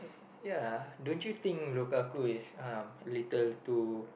ya don't you think Lukaku is uh little too